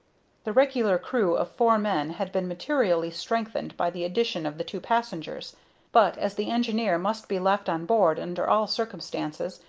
the regular crew of four men had been materially strengthened by the addition of the two passengers but, as the engineer must be left on board under all circumstances,